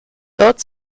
dort